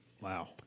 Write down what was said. Wow